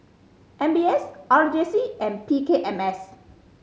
M B S R J C and P K M S